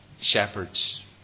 shepherds